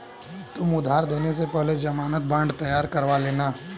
तुम उधार देने से पहले ज़मानत बॉन्ड तैयार करवा लेना